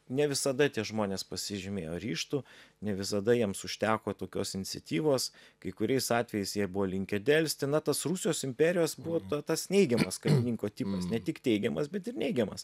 ne visada tie žmonės pasižymėjo ryžtu ne visada jiems užteko tokios iniciatyvos kai kuriais atvejais jie buvo linkę delsti na tas rusijos imperijos buvo ta tas neigiamas karininko tipas ne tik teigiamas bet ir neigiamas